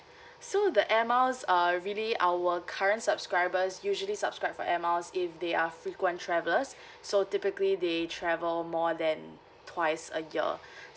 so the air miles err really our current subscribers usually subscribe for air miles if they are frequent travellers so typically they travel more than twice a year